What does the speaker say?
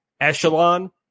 echelon